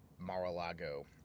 Mar-a-Lago